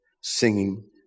singing